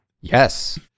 yes